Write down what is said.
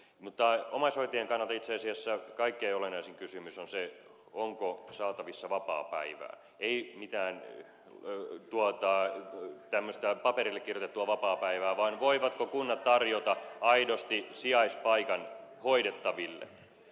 mutta omaishoitajien kannalta itse asiassa kaikkein olennaisin kysymys on se onko saatavissa vapaapäivää ei mitään tämmöistä paperille kirjoitettua vapaapäivää vaan kysymys on siitä voivatko kunnat tarjota aidosti sijaispaikan hoidettaville